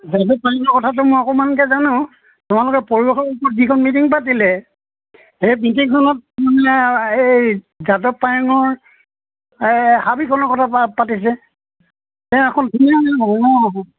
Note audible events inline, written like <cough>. যাদৱ পায়েঙৰ কথাটো মই অকমানকৈ জানো তেওঁলোকে পৰিৱেশৰ ওপৰত যিখন মিটিং পাতিলে সেই মিটিংখনত মানে এই যাদৱ পায়েঙৰ হাবিখনৰ কথা পা পাতিছে তেওঁ এখন উন্নয়নশীল <unintelligible> ন